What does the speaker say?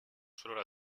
solo